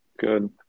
good